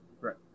Right